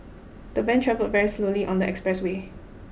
the van travelled very slowly on the expressway